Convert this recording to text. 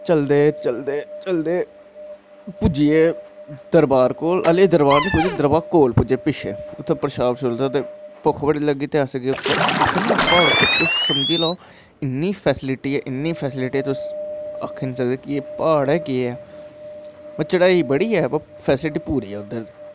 चलदे चलदे पुज्जी गे दरवार कोल अजें दरबार नी पुज्जे पिच्छें जित्थें परशाद परशूद भुक्ख बड़ी लग्गी ते उप्पर नां प्हाड़ पर इन्ना फैसलिटी ऐ इन्नीं फैसलिटी ऐ तुस आक्खी नी सकदे कि एह् प्हाड़ ऐ केह् ऐ चढ़ाई बड़ी ऐ पर फैसिलिटी बड़ी ऐ उध्दर